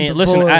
listen